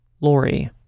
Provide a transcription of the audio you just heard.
Lori